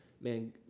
Man